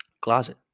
closet